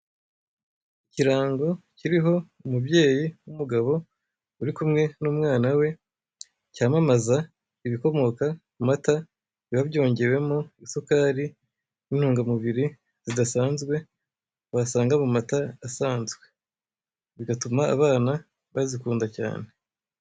Ikirango kiriho umubyeyi w'umugabo uri kumwe n'umwana we, cyamamaza ibikomoka ku mata, biba byongewemo isukari n'intungamubiri zidasanzwe, wasanga mu mata asanzwe. Bigatuma abana bazikunda cyane.